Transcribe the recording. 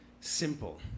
simple